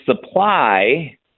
supply